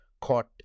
caught